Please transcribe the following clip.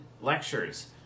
lectures